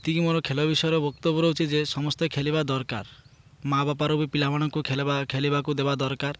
ଏତିକି ମୋର ଖେଳ ବିଷୟରେ ବକ୍ତବ୍ୟ ରହୁଛି ଯେ ସମସ୍ତେ ଖେଲିବା ଦରକାର ମାଆ ବାପାରୁ ବି ପିଲାମାନଙ୍କୁ ଖେଳିବାକୁ ଦେବା ଦରକାର